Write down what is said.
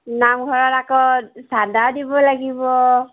নামঘৰত আকৌ চাণ্ডা দিব লাগিব